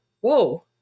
whoa